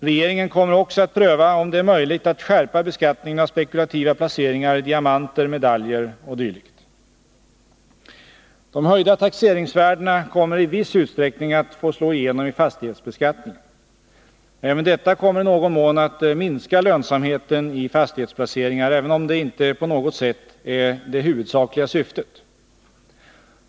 Regeringen kommer också att pröva om det är möjligt att skärpa beskattningen av spekulativa placeringar i diamanter, medaljer o. d. De höjda taxeringsvärdena kommer i viss utsträckning att få slå igenom i fastighetsbeskattningen. Även detta kommer i någon mån att minska lönsamheten i fastighetsplaceringar, även om det inte på något sätt är det huvudsakliga syftet.